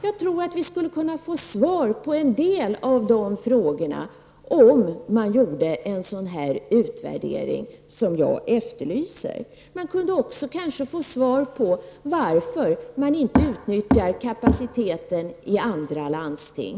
Jag tror att vi skulle kunna få svar på en del av dessa frågor om man gjorde en sådan utvärdering som jag efterlyser. Man kunde t.ex. också få svar på varför man inte utnyttjar kapaciteten i andra landsting.